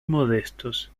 modestos